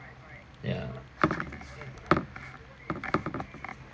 yeah